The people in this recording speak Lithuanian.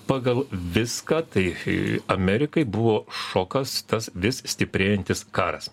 pagal viską tai amerikai buvo šokas tas vis stiprėjantis karas